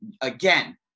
again